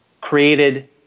created